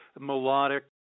melodic